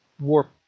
warp